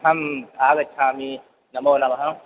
अहम् आगच्छामि नमो नमः